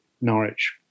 Norwich